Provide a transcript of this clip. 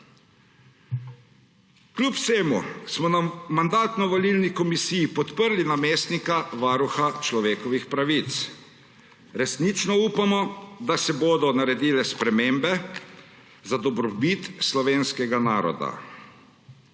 Kljub vsemu smo na Mandatno-volilni komisiji podprli namestnika varuha človekovih pravic. Resnično upamo, da se bodo naredile spremembe za dobrobit slovenskega naroda,